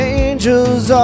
angels